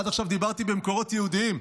עד עכשיו דיברתי על מקורות יהודיים.